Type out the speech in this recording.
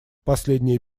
последние